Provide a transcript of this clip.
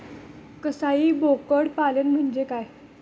कसाई बोकड पालन म्हणजे काय?